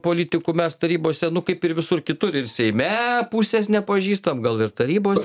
politikų mes tarybose kaip ir visur kitur ir seime pusės nepažįstam gal ir tarybose